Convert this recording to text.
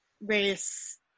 race